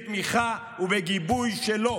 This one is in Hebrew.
בתמיכה ובגיבוי שלו,